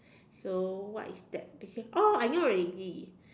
so what is that oh I know already